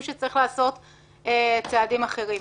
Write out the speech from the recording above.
לעשות צעדים אחרים.